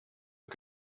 een